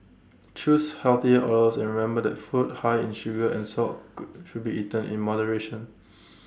choose healthier oils and remember that food high in sugar and salt good should be eaten in moderation